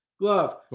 Glove